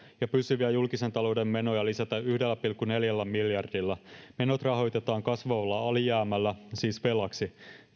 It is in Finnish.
ja pysyviä julkisen talouden menoja lisätä yhdellä pilkku neljällä miljardilla menot rahoitetaan kasvavalla alijäämällä siis velaksi